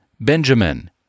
Benjamin